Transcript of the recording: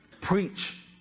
preach